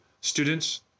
students